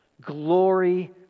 glory